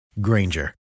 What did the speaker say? Granger